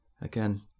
again